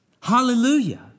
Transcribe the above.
hallelujah